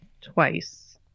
twice